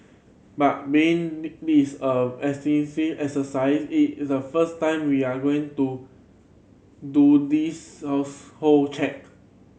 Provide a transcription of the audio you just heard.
but being this a extensive exercise it's the first time we are going do do this household check